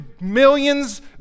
millions